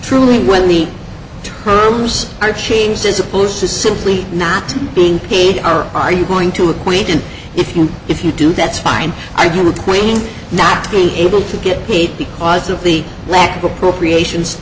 truly when the terms are changed as opposed to simply not being paid or are you going to appoint and if you if you do that's fine i do with queen not being able to get heat because of the lack of appropriations